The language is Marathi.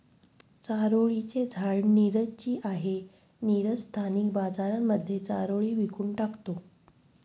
चारोळी चे झाड नीरज ची आहे, नीरज स्थानिक बाजारांमध्ये चारोळी विकून टाकतो